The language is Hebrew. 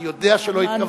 אני יודע שלא התכוונת,